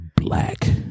black